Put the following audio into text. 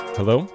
Hello